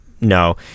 No